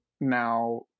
now